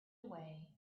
away